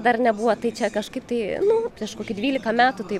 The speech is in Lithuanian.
dar nebuvo tai čia kažkaip tai nu prieš kokį dvylika metų tai